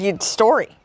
Story